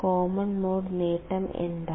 common mode നേട്ടം എന്താണ്